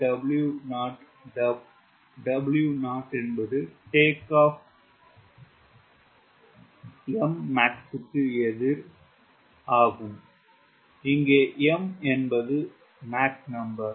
TW0 W0 என்பது takeoff Mmax க்கு எதிர் ஆகும் இங்கே M என்பது மாக் எண்